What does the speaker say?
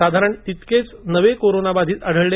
साधारण इतकेच नवे कोरोनावाधीत आढळले